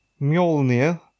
Mjolnir